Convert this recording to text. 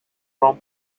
from